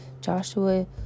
Joshua